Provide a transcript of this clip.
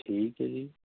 ਠੀਕ ਹੈ ਜੀ